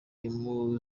impu